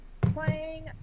playing